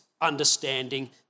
understanding